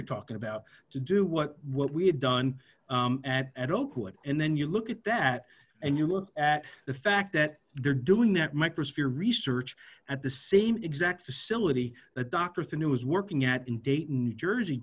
you're talking about to do what what we had done at at oakwood and then you look at that and you look at the fact that they're doing that microspheres research at the same exact facility that doctor thenew was working at in dayton new jersey